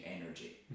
energy